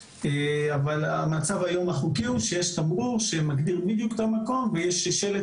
אבל המצב החוקי היום הוא שיש תמרור שמגדיר בדיוק את המקום ויש שלט